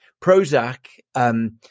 Prozac